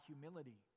humility